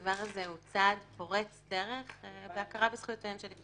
הדבר הזה הוא צעד פורץ דרך בהכרה של זכויותיהם של נפגעי עבירה.